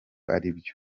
aribyo